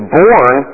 born